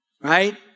right